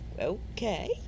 okay